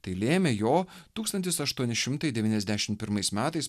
tai lėmė jo tūkstantis aštuoni šimtai devyniasdešimt pirmais metais